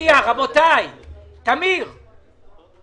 בשעה טובה החברה נכנסת לתהליך חדש ולפרק חדש.